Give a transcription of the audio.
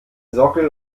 sockel